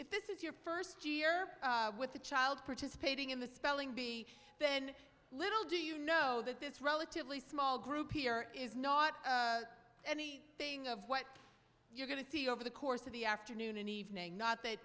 if this is your first year with the child participating in the spelling bee then little do you know that this relatively small group here is not any thing of what you're going to see over the course of the afternoon and evening not that